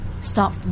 Stop